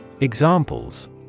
Examples